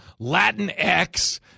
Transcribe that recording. Latinx